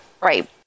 Right